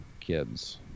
kids